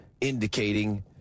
indicating